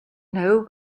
know